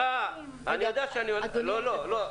סליחה --- אנחנו צריכים --- לא,